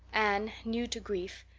anne, new to grief,